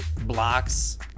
blocks